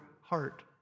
heart